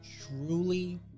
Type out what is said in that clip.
truly